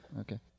okay